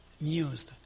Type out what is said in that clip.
news